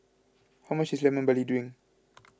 how much is Lemon Barley Drink